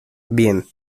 bien